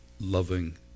loving